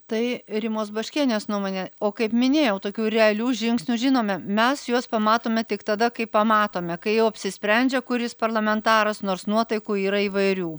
tai rimos baškienės nuomonė o kaip minėjau tokių realių žingsnių žinome mes juos pamatome tik tada kai pamatome kai jau apsisprendžia kuris parlamentaras nors nuotaikų yra įvairių